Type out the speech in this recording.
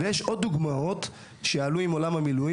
יש עוד דוגמאות שעלו עם עולם המילואים.